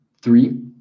Three